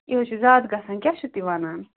یہِ حظ چھُ زیادٕ گژھان کیٛاہ چھِو تُہۍ وَنان